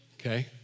Okay